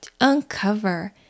uncover